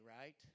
right